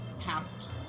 past